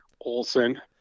Olson